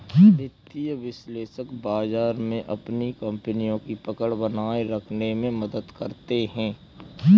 वित्तीय विश्लेषक बाजार में अपनी कपनियों की पकड़ बनाये रखने में मदद करते हैं